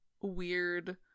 weird